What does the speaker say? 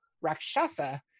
Rakshasa